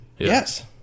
Yes